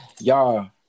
Y'all